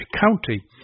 County